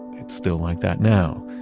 it's still like that now.